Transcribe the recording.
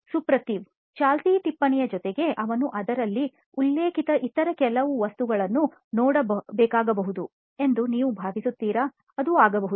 ಸುಪ್ರತಿವ್ ಚಾಲ್ತಿ ಟಿಪ್ಪಣಿಯ ಜೊತೆಗೆ ಅವನು ಅದರಲ್ಲಿ ಉಲ್ಲೇಖಿತ ಇತರ ಕೆಲವು ವಸ್ತುಗಳನ್ನು ನೋಡಬೇಕಾಗಬಹುದು ಎಂದು ನೀವು ಭಾವಿಸುತ್ತೀರಾ ಅದು ಆಗಬಹುದು